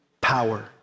power